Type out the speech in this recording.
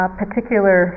particular